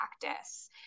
practice